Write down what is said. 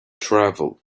travel